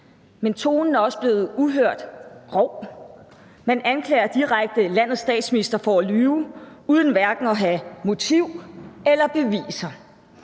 Men tonen er også blevet uhørt grov. Man anklager direkte landets statsminister for at lyve, uden at have hverken motiv eller beviser.